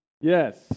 Yes